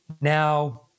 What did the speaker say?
Now